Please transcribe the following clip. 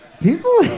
People